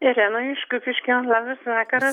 irena iš kupiškio labas vakaras